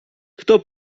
kto